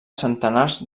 centenars